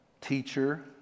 teacher